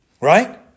Right